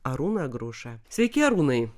arūną grušą sveiki arūnai